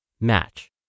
match